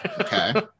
Okay